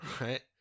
Right